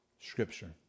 Scripture